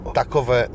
takowe